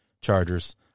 Chargers